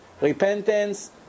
repentance